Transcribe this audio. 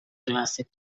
classic